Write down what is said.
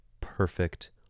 perfect